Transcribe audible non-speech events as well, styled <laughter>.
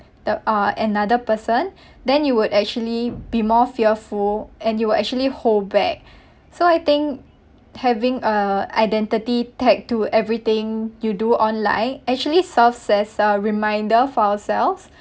the uh another person <breath> then you would actually be more fearful and you would actually hold back <breath> so I think having a identity tagged to everything you do online actually serves as a reminder for ourselves